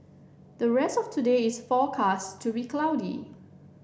the rest of today is forecast to be cloudy